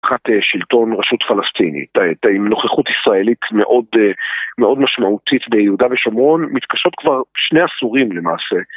מבחינת שלטון רשות פלסטינית, עם נוכחות ישראלית מאוד משמעותית ביהודה ושומרון, מתקשות כבר שני עשורים למעשה.